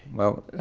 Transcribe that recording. well,